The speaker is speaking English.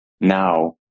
now